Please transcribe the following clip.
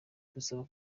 dusaba